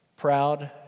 Proud